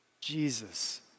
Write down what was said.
Jesus